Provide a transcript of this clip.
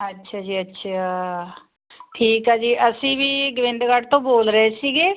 ਅੱਛਾ ਜੀ ਅੱਛਾ ਠੀਕ ਆ ਜੀ ਅਸੀਂ ਵੀ ਗੋਵਿੰਦਗੜ੍ਹ ਤੋਂ ਬੋਲ ਰਹੇ ਸੀਗੇ